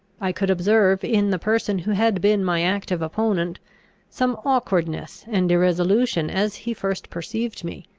i could observe in the person who had been my active opponent some awkwardness and irresolution as he first perceived me,